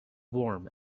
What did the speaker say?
warm